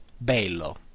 bello